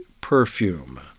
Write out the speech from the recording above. perfume